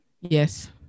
Yes